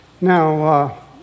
now